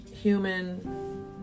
human